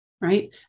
right